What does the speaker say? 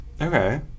Okay